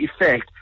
effect